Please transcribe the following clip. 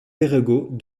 perregaux